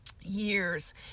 years